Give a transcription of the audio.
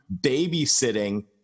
babysitting